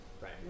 Right